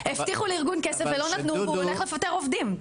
הבטיחו לארגון כסף ולא נתנו והוא הולך לפטר עובדים,